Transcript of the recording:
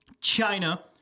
China